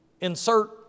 Insert